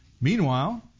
Meanwhile